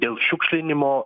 dėl šiukšlinimo